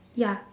ya